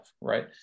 Right